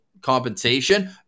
compensation